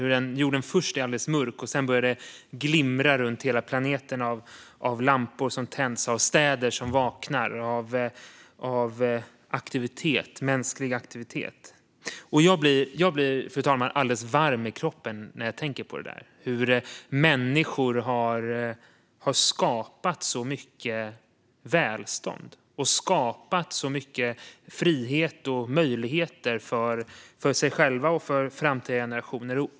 Först är jorden alldeles mörk, och sedan börjar det glimra runt hela planeten av lampor som tänds, av städer som vaknar och av mänsklig aktivitet. Jag blir alldeles varm i kroppen, fru talman, när jag tänker på hur människor har skapat så mycket välstånd och så mycket frihet och möjligheter för sig själva och framtida generationer!